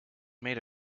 made